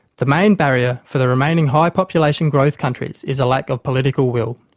the main barrier for the remaining high population growth countries is a lack of political will.